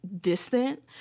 distant